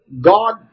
God